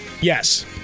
Yes